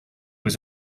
was